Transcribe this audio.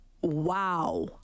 Wow